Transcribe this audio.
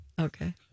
Okay